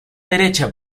derecha